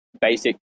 basic